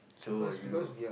so you